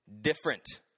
different